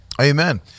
amen